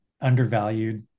undervalued